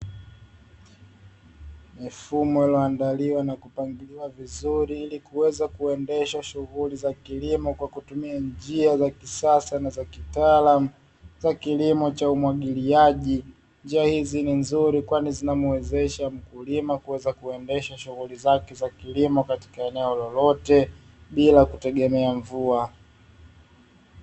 Mifumo iliyoandaliwa na kupangiliwa vizuri ili kuweza kuendesha shughuli za kilimo kwa kutumia njia za kisasa na za kitaalamu za kilimo cha umwagiliaji, njia hizi ni nzuri kwani zinamuwezesha mkulima kuweza kuendesha shughuli zake za kilimo katika eneo lolote bila kutegemea mvua.